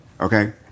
Okay